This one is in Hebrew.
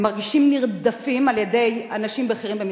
הם מרגישים נרדפים על-ידי אנשים בכירים במשרדך.